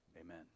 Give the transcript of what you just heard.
amen